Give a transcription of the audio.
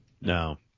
no